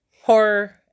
horror